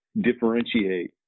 differentiate